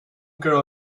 girl